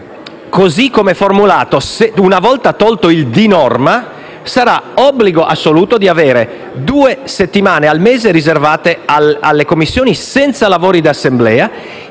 così com'è formulata, una volta tolta l'espressione «di norma», sarà obbligo assoluto avere due settimane al mese riservate alle Commissioni senza lavori di Assemblea,